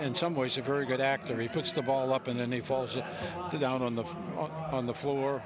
in some ways a very good actor he puts the ball up and then he falls down on the on the floor